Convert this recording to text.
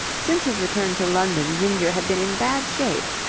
since his return to london ginger had been in bad shape.